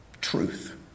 truth